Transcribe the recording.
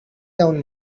down